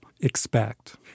expect